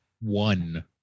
one